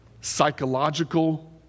psychological